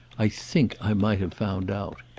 i think i might have found out.